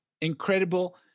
incredible